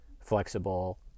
flexible